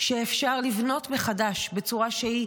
שאפשר לבנות מחדש בצורה שהיא